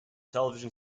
television